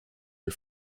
are